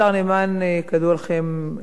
השר נאמן, כידוע לכם,